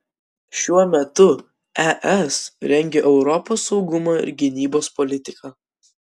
šiuo metu es rengia europos saugumo ir gynybos politiką